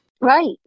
right